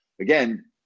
Again